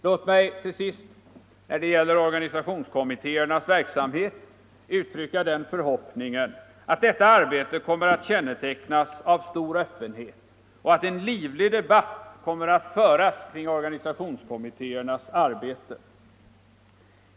Låt mig till sist om organisationskommittéernas verksamhet uttrycka den förhoppningen att det arbetet kommer att kännetecknas av stor öppenhet och att en livlig debatt kommer att föras kring organisationskommittéernas arbete.